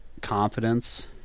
confidence